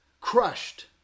crushed